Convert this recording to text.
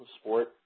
sport